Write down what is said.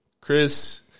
Chris